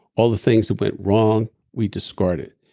all the things that went wrong, we discarded.